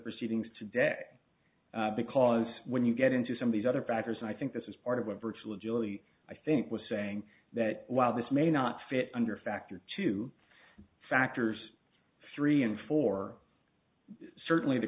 proceedings today because when you get into some of these other factors i think this is part of a virtual julie i think was saying that while this may not fit under factor two factors three and four certainly the